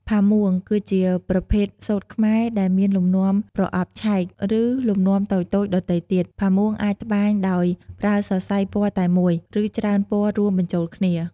ផាមួងគឺជាប្រភេទសូត្រខ្មែរដែលមានលំនាំប្រអប់ឆែក ឬលំនាំតូចៗដទៃទៀត ផាមួងអាចត្បាញដោយប្រើសរសៃពណ៌តែមួយ ឬច្រើនពណ៌រួមបញ្ចូលគ្នា។